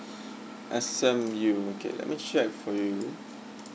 S_M_U okay let me share it for you